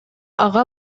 ага